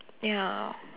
ya